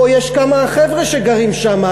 פה יש כמה חבר'ה שגרים שם,